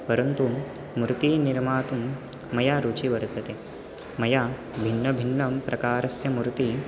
परन्तु मूर्तेः निर्मातुं मया रुचिः वर्तते मया भिन्नभिन्नं प्रकारस्य मूर्तिः